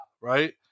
right